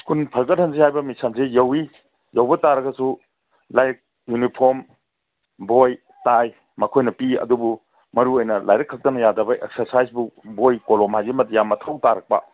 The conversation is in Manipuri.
ꯁ꯭ꯀꯨꯟ ꯐꯒꯠꯍꯟꯁꯦ ꯍꯥꯏꯕ ꯃꯤꯁꯟꯁꯦ ꯌꯧꯏ ꯌꯧꯕ ꯇꯥꯔꯒꯁꯨ ꯂꯥꯏꯔꯤꯛ ꯌꯨꯅꯤꯐ꯭ꯣꯔꯝ ꯕꯣꯏ ꯇꯥꯏ ꯃꯈꯣꯏꯅ ꯄꯤ ꯑꯗꯨꯕꯨ ꯃꯔꯨ ꯑꯣꯏꯅ ꯂꯥꯏꯔꯤꯛ ꯈꯛꯇꯅ ꯌꯥꯗꯕ ꯑꯦꯛꯁꯔꯁꯥꯏꯁ ꯕꯨꯛ ꯕꯣꯏ ꯀꯣꯂꯣꯝ ꯍꯥꯏꯁꯤꯃꯗꯤ ꯌꯥꯝ ꯃꯊꯧ ꯇꯥꯔꯛꯄ